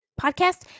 podcast